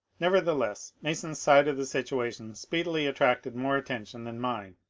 nevertheless, mason's side of the situation speedily attracted more attention than mine.